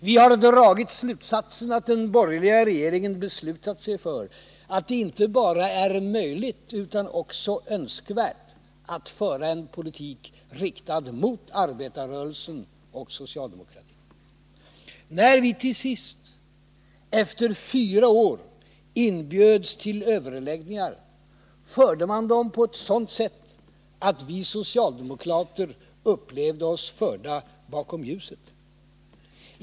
Vi har dragit slutsatsen, att den borgerliga regeringen beslutat sig för att det inte bara är möjligt utan också önskvärt att föra en politik riktad mot arbetarrörelsen och socialdemokratin. När vi till sist, efter fyra år, inbjöds till överläggningar förde man dem på ett sådant sätt att vi socialdemokrater upplevde oss vara förda bakom ljuset.